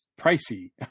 pricey